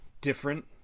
different